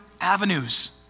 avenues